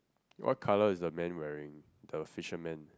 what color is the man wearing the fisherman